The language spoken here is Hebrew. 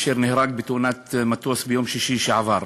אשר נהרג בתאונת מטוס ביום שישי שעבר.